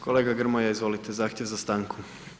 Kolega Grmoja, izvolite, zahtjev za stanku.